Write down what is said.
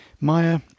Maya